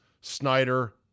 Snyder